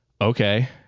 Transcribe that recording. okay